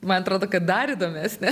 man atrodo kad dar įdomesnė